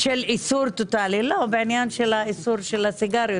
בעניין איסור סיגריות.